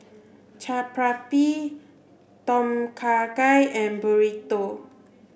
Chaat Papri Tom Kha Gai and Burrito